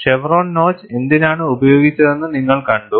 chevron notch എന്തിനാണ് ഉപയോഗിച്ചതെന്ന് നിങ്ങൾ കണ്ടു